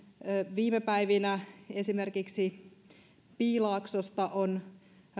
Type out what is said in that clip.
viime päivinä esimerkiksi piilaaksosta on